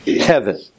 heaven